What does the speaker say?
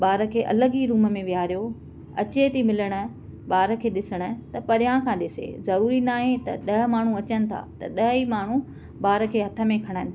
ॿार खे अलगि ई रुम में विहारियो अचे थी मिलण ॿार खे ॾिसण त परियां खां ॾिसे ज़रूरी न आहे त ॾह माण्हूं अचनि था त ॾही माण्हूं ॿार खे हथ में खणनि